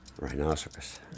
Rhinoceros